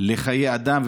לחיי אדם.